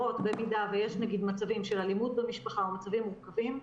במידה ויש נגיד מצבים של אלימות במשפחה או מצבים מורכבים,